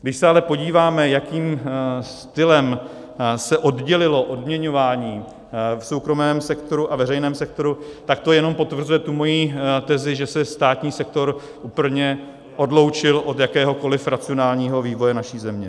Když se ale podíváme, jakým stylem se oddělilo odměňování v soukromém sektoru a veřejném sektoru, tak to jenom potvrzuje moji tezi, že se státní sektor úplně odloučil od jakéhokoliv racionálního vývoje naší země.